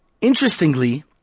interestingly